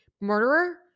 murderer